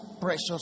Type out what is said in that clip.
precious